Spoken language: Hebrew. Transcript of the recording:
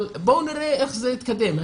אבל בואו נראה איך זה יתקדם,